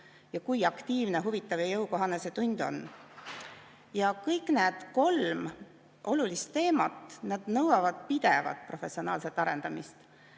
ja kui aktiivne, huvitav ja jõukohane see tund on. Kõik need kolm olulist teemat nõuavad pidevat professionaalset arendamist